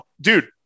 Dude